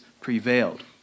prevailed